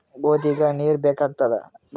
ಗೋಧಿಗ ನೀರ್ ಬೇಕಾಗತದ?